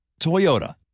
Toyota